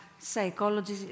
psychology